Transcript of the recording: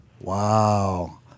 Wow